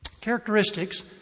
Characteristics